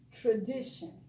tradition